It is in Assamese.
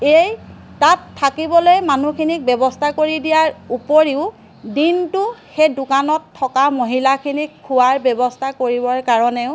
এই তাত থাকিবলৈ মানুহখিনিক ব্যৱস্থা কৰি দিয়াৰ উপৰিও দিনটো সেই দোকানত থকা মহিলাখিনিক খোৱাৰ ব্যৱস্থা কৰিবৰ কাৰণেও